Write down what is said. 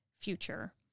future